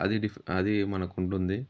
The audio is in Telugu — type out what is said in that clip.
అది డిఫ్ అది మనకుంటుంది